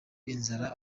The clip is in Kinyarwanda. inzara